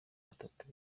batatu